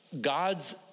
God's